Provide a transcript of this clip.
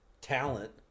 talent